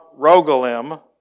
Rogalim